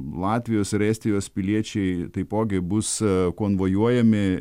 latvijos ir estijos piliečiai taipogi bus konvojuojami